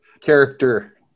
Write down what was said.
character